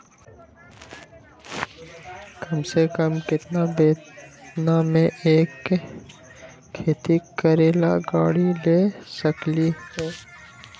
कम से कम केतना में हम एक खेती करेला गाड़ी ले सकींले?